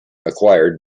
acquired